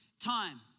time